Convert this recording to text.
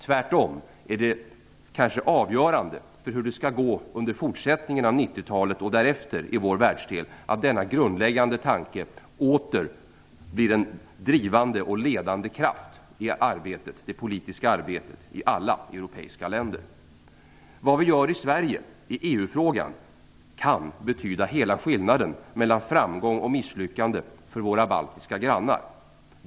Tvärtom är det kanske avgörande för hur det skall gå under fortsättningen av 90-talet och därefter i vår världsdel att denna grundläggande tanke åter blir en drivande och ledande kraft i det politiska arbetet i alla europeiska länder. Vad vi gör i Sverige i EU-frågan kan betyda hela skillnaden mellan framgång och misslyckande för våra baltiska grannar.